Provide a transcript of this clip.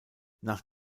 nach